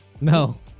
No